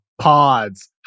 Pods